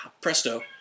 presto